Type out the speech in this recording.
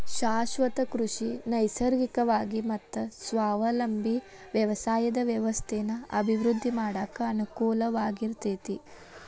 ಶಾಶ್ವತ ಕೃಷಿ ನೈಸರ್ಗಿಕವಾಗಿ ಮತ್ತ ಸ್ವಾವಲಂಬಿ ವ್ಯವಸಾಯದ ವ್ಯವಸ್ಥೆನ ಅಭಿವೃದ್ಧಿ ಮಾಡಾಕ ಅನಕೂಲಕರವಾಗೇತಿ